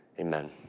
Amen